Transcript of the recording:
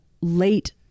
late